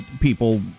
people